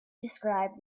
described